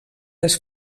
les